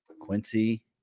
Quincy